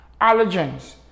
allergens